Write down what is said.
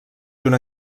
una